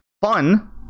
fun